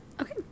Okay